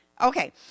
Okay